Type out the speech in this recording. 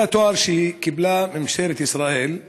זה התואר שהיא קיבלה, ממשלת ישראל,